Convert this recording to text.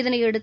இதனையடுத்து